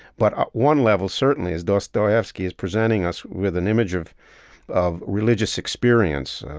but one level, certainly, is dostoevsky is presenting us with an image of of religious experience,